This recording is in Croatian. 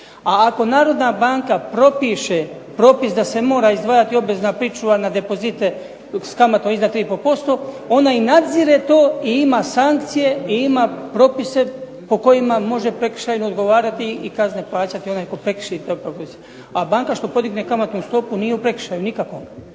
a ako narodna banka propiše propis da se mora izdvajati obvezna pričuva na depozite s kamatom iznad 3,5% ona i nadzire to i ima sankcije i ima propise po kojima može prekršajno odgovarati i kazne plaćati onaj tko prekrši taj propis. A banka što podigne kamatnu stopu nije u prekršaju nikakvom.